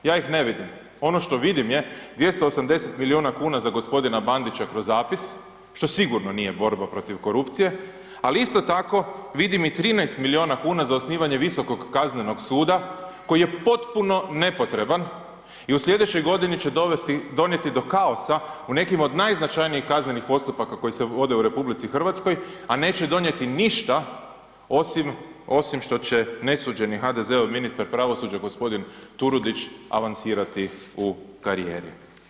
Ja ih ne vidim, ono što vidim je 280 milijuna kuna za g. Bandića kroz APIS što sigurno nije borba protiv korupcije, ali isto tako vidim i 13 milijuna kuna za osnivanje Visokog kaznenog suda koji je potpuno nepotreban i u sljedećoj godini će donijeti do kaosa u nekim od najznačajnijih kaznenih postupaka koji se vode u RH, a neće donijeti ništa osim što će nesuđeni HDZ-ov ministar pravosuđa g. Turudić avansirati u karijeri.